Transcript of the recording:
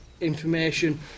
information